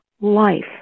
life